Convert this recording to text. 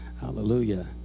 Hallelujah